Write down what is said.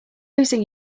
losing